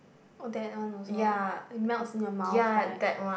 oh that one also it melts in your mouth right